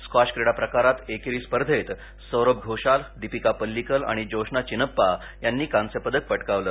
squash क्रीडा प्रकारात केरी स्पर्धेत सौरभ घोषाल दीपिका पल्लीकल आणि जोशना चिनप्पा यांनी कांस्य पदक पटकावलं